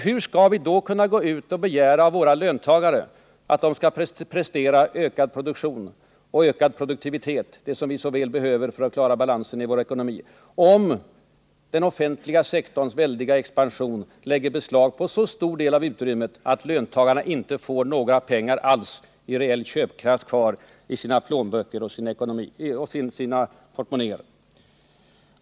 Hur skall vi kunna gå ut och begära av våra löntagare att de skall prestera ökad produktion och höjd produktivitet, som vi så väl behöver för att klara balansen i vår ekonomi, om den offentliga sektorns väldiga expansion lägger beslag på så stor del av utrymmet att löntagarna inte får några pengar alls kvar i reell köpkraft, i sina plånböcker och portmonnäer?